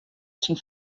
syn